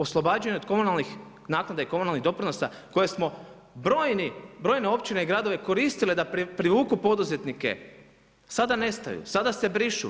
Oslobađanje od komunalnih naknada i komunalnih doprinosa koje smo brojne općine i gradovi koristili da privuku poduzetnike, sada nestaju, sada se brišu.